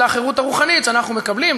אל החירות הרוחנית שאנחנו מקבלים,